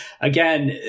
again